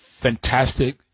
Fantastic